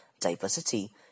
diversity